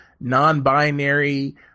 non-binary